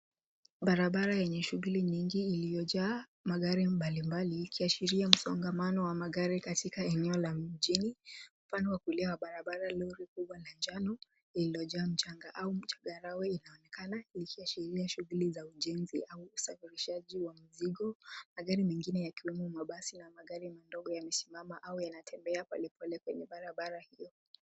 Barabara yenye shughuli nyingi iliyojaa magari magari mbalimbali ikiashiria msongamano wa magari katika eneo la mjini. Upande wa kulia a barabara lori kubwa la njano lililojaa mchanga au changarawe linaonekana ikiashiria shughuli za ujenzi au usafirishaji wa mizigo. Magari mengine yakiwemo mabasi na magari madogo yamesimama au yanatembea polepole kwenye barabara hiyo.